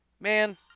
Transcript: Man